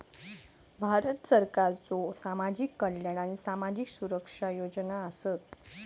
भारत सरकारच्यो सामाजिक कल्याण आणि सामाजिक सुरक्षा योजना आसत